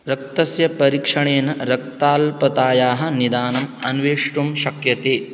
रक्तस्य परीक्षणेन रक्ताल्पतायाः निदानम् अन्वेष्टुं शक्यते